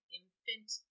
infant